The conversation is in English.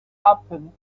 happen